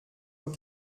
nos